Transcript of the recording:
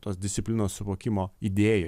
tos disciplinos suvokimo idėjoj